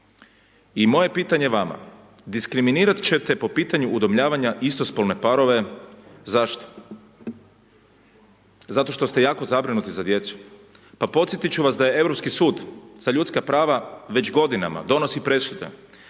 I moje pitanje vama, diskriminirat ćete po pitanju udomljavanja istospolne parove, zašto? Zato što ste jako zabrinuti za djecu, pa podsjetit ću vas da je Europski sud za ljudska prava već godinama donosi presude